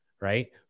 Right